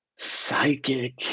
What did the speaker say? psychic